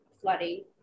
flooding